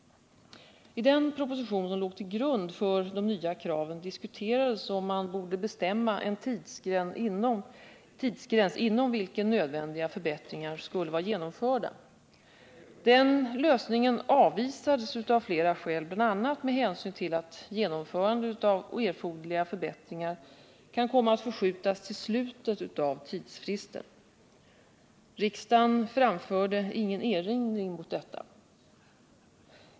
I den proposition som låg till grund för de nya kraven diskuterades om man borde bestämma en tidsgräns, inom vilken nödvändiga förbättringar skulle vara genomförda. Den lösningen avvisades av flera skäl, bl.a. med hänsyn till att genomförandet av erforderliga förbättringar kan komma att förskjutas till slutet av tidsfristen. Riksdagen framförde ingen erinran mot detta.